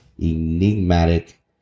enigmatic